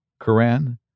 Quran